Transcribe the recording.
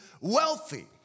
wealthy